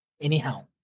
Anyhow